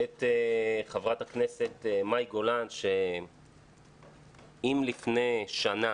את חברת הכנסת מאי גולן שאם לפני שנה